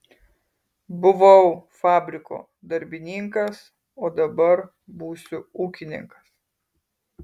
buvau fabriko darbininkas o dabar būsiu ūkininkas